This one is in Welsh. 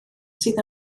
sydd